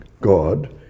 God